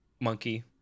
monkey